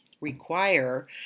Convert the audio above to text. require